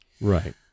Right